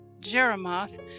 Jeremoth